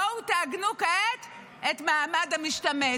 בואו, תעגנו כעת את מעמד המשתמט.